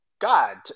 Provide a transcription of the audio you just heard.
God